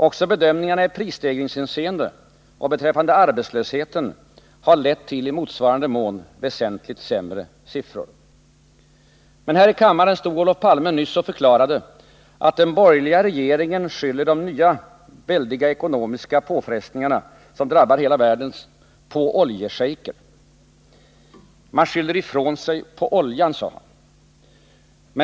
Också bedömningarna i prisstegringshänseende och beträffande arbetslösheten har lett till i motsvarande mån väsentligt sämre siffror. Här i kammaren stod Olof Palme nyss och förklarade att den borgerliga regeringen skyller de nya väldiga ekonomiska påfrestningarna, som drabbar hela världen, på oljeschejker. Man skyller ifrån sig på oljan, sade Olof Palme.